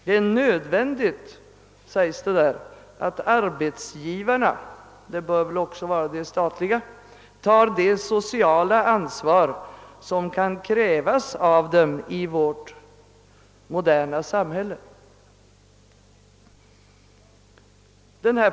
Det är nödvändigt, säger han, att arbetsgivarna — det bör väl också vara de statliga — tar det sociala ansvar som kan krävas av dem i vårt moderna samhälle.